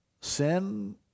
Sin